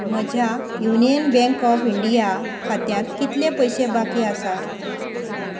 म्हज्या Union Bank of India खात्यांत कितले पयशे बाकी आसात